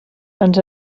ens